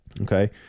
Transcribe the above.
Okay